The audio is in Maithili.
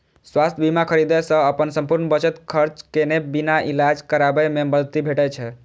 स्वास्थ्य बीमा खरीदै सं अपन संपूर्ण बचत खर्च केने बिना इलाज कराबै मे मदति भेटै छै